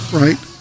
right